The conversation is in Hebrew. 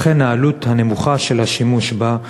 וכן העלות הנמוכה של השימוש בה,